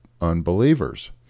unbelievers